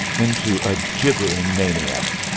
into a gibbering maniac,